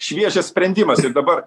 šviežias sprendimas ir dabar